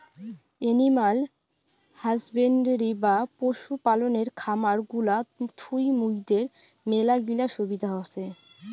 animal husbandry বা পশু পালনের খামার গুলা থুই মুইদের মেলাগিলা সুবিধা হসে